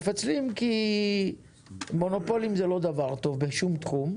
מפצלים כי מונופולים זה לא דבר טוב בשום תחום,